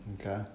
Okay